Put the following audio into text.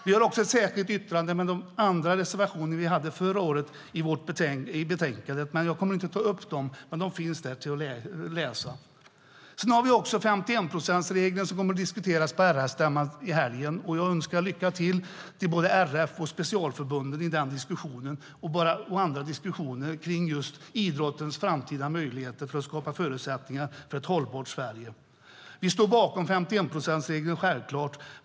Vi har ett särskilt yttrande i betänkandet och andra reservationer som vi hade förra året. Jag kommer inte att ta upp dem. Men de finns där att läsa. Vi har också 51-procentsregeln som kommer att diskuteras på RF:s stämma i helgen. Jag önskar både RF och specialförbunden lycka till i den diskussionen och andra diskussioner om idrottens framtida möjligheter att skapa förutsättningar för ett hållbart Sverige. Vi står självklart bakom 51-procentsregeln.